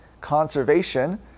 conservation